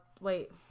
wait